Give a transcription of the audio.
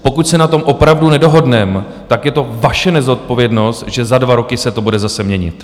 Pokud se na tom opravdu nedohodneme, tak je to vaše nezodpovědnost, že za dva roky se to bude zase měnit.